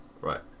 Right